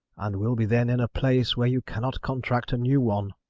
and will be then in a place where you cannot contract a new one.